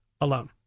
alone